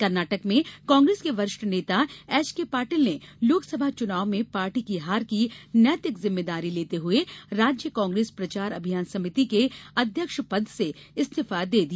कर्नाटक में कांग्रेस के वरिष्ठ नेता एचके पाटिल ने लोकसभा चुनाव में पार्टी की हार की नैतिक ज़िम्मेदारी लेते हुए राज्य कांग्रेस प्रचार अभियान समिति के अध्यक्ष पद से इस्तीफा दे दिया